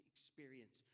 experience